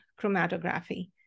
chromatography